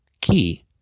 key